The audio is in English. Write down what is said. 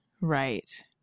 Right